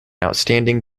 outstanding